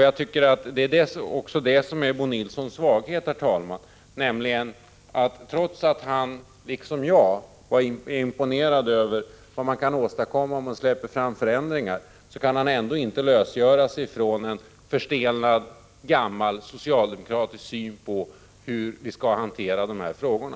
Jag tycker också att detta är Bo Nilssons svaghet: Trots att han liksom jag var imponerad över vad man kan åstadkomma om man släpper fram förändringar, kan han ändå inte lösgöra sig från en förstelnad socialdemokratisk syn på hur vi skall hantera de här frågorna.